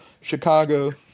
Chicago